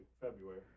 february